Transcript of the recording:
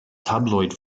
tabloid